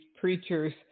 preachers